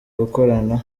gukorana